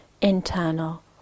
internal